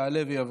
יעלה ויבוא.